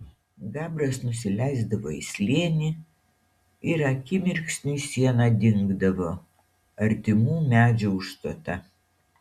gabras nusileisdavo į slėnį ir akimirksniui siena dingdavo artimų medžių užstota